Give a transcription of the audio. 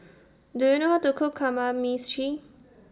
Do YOU know How to Cook Kamameshi